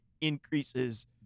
increases